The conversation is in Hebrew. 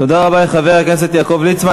תודה רבה לחבר הכנסת יעקב ליצמן.